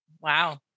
Wow